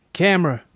camera